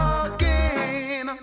again